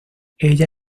ella